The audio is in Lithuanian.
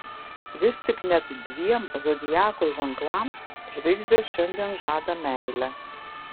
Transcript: vis tik net dviem zodiako ženklams žvaigždės šiandien žadą meilę